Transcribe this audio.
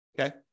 Okay